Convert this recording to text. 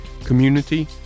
community